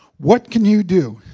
what can you do?